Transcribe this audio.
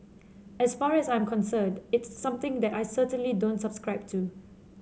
as far as I'm concerned it's something that I certainly don't subscribe to